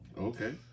okay